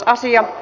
asia